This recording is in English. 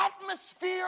atmosphere